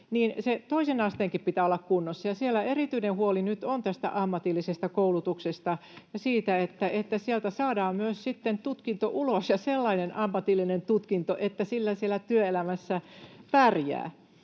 toisen asteenkin pitää olla kunnossa. Ja siellä erityinen huoli nyt on tästä ammatillisesta koulutuksesta ja siitä, että sieltä saadaan myös sitten tutkinto ulos ja sellainen ammatillinen tutkinto, että sillä siellä työelämässä pärjää.